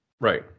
right